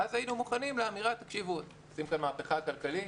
ואז היינו מוכנים לאמירה: עושים כאן מהפכה כלכלית,